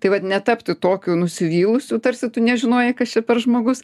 tai vat netapti tokių nusivylusiu tarsi tu nežinojai kas čia per žmogus